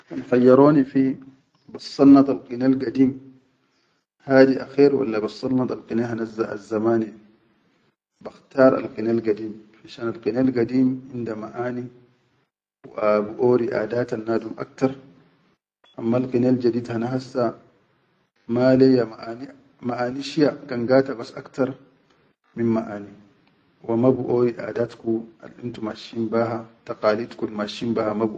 Kan khayyorini fi bassannatal qine gadeem hadi akher walla bassanatal qine hanazzamani, bakhtaar al qinel gadim finshan al qinel gadim inda maʼani wa biʼori aʼadatannadum aktar, ammal qinel jadid hana hassa maleyya maʼani, maʼani shiya, gangata bas aktar min maʼani wa ma biʼori aadatku al intu masshin baha, taqalidkul masshin baha.